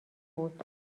بود